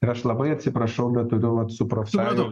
ir aš labai atsiprašau bet turiu vat su profsąjungom